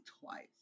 twice